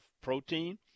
protein